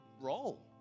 role